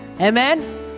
Amen